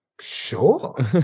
sure